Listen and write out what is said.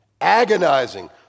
agonizing